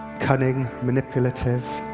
cunning, manipulative.